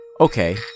okay